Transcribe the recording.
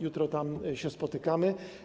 Jutro tam się spotykamy.